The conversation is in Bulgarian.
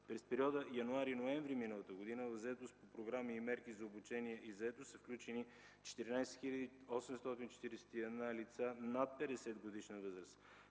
През периода януари – ноември миналата година в заетост по програми и мерки за обучение и заетост са включени 14 841 лица над 50-годишна възраст.